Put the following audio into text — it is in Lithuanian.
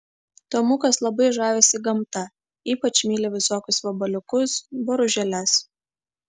tomukas labai žavisi gamta ypač myli visokius vabaliukus boružėles